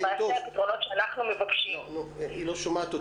למעשה הפתרונות שאנחנו מבקשים מהוועדה